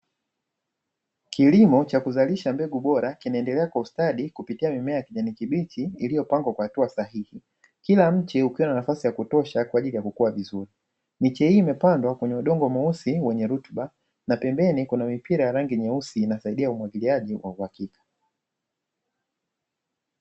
Kilimo cha kuzalisha mbegu bora kinaendelea kwa ustadi kupitia mimea ya kijani kibichi iliyopangwa kwa hatua sahihi, kila mche ukiwa na nafasi ya kutosha ili kukua vizuri. Miche hii imepandwa kwenye udongo mweusi wenye rutuba na pembeni kuna mipira ya rangi nyeusi inasaidia umwagiliaji kwa uhakika.